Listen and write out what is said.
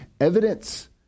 evidence